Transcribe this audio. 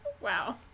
Wow